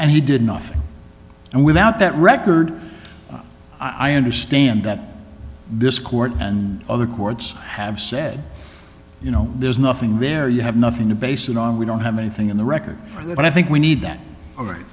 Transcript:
and he did nothing and without that record i understand that this court and other courts have said you know there's nothing there you have nothing to base it on we don't have anything in the record but i think we need that